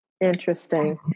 Interesting